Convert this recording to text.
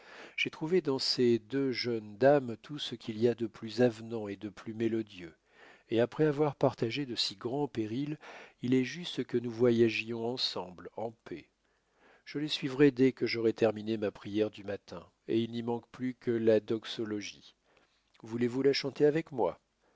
j'ai trouvé dans ces deux jeunes dames tout ce qu'il y a de plus avenant et de plus mélodieux et après avoir partagé de si grands périls il est juste que nous voyagions ensemble en paix je les suivrai dès que j'aurai terminé ma prière du matin et il n'y manque plus que la dog voulez-vous la chanter avec moi